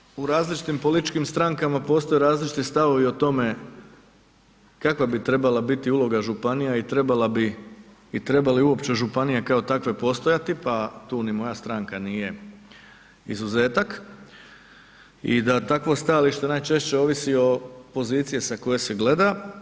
Obzirom da u različitim političkim strankama postoje različiti stavovi o tome kakva bi trebala biti uloga županija i treba li uopće županije kao takve postojati, pa tu ni moja stranka nije izuzetak i da takvo stajalište najčešće ovisi o poziciji sa koje se gleda.